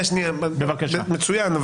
מצוין.